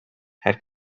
had